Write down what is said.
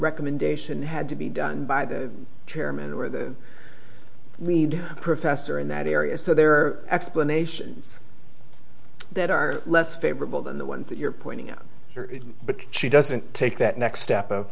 recommendation had to be done by the chairman or the lead professor in that area so there are explanations that are less favorable than the ones that you're pointing out but she doesn't take that next step of